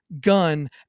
gun